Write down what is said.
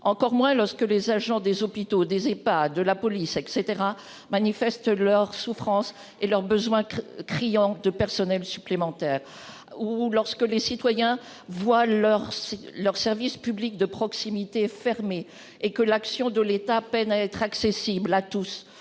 encore moins lorsque les agents des hôpitaux, des et pas de la police etc manifestent leur souffrance et leur besoin criant de personnel supplémentaire ou lorsque les citoyens voient leur leur service public de proximité fermé et que l'action de l'État peine à être accessible à tous